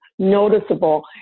noticeable